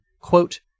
quote